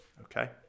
okay